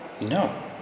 No